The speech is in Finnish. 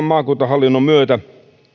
maakuntahallinnon myötä